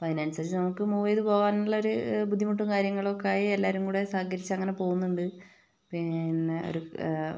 അപ്പോൾ അതിനനുസരിച്ച് നമുക്ക് മൂവ് ചെയ്ത് പോവാനുള്ള ഒരു ബുദ്ധിമുട്ടും കാര്യങ്ങളുമൊക്കെ ആയി എല്ലാരും കൂടെ സഹകരിച്ച് അങ്ങനെ പോവുന്നുണ്ട് പിന്നെ ഒരു